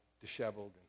disheveled